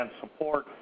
support